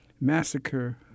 massacre